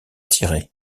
tirer